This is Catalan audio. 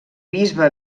bisbe